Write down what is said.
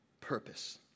purpose